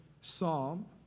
Psalm